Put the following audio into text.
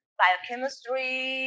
biochemistry